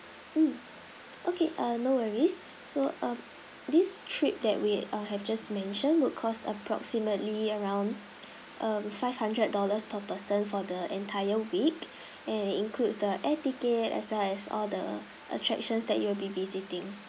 mm okay err no worries so um this trip that we ah have just mention would cost approximately around five hundred dollars per person for the entire week and it includes the air ticket as well as other attractions that you will be visiting